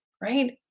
right